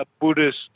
Buddhist